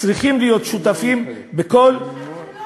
צריכים להיות שותפים בכל אתם לא,